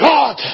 God